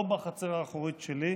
לא בחצר האחורית שלי,